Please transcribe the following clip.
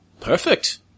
Perfect